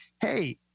hey